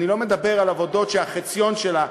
אני לא מדבר על עבודות שהחציון שלהן,